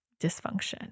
dysfunction